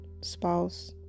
spouse